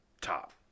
top